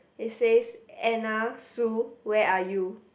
it says Anna Sue where are you